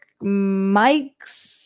Mike's